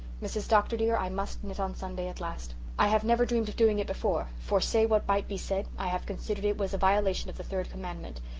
mrs. dr. dear, i must knit on sunday at last. i have never dreamed of doing it before for, say what might be said, i have considered it was a violation of the third commandment.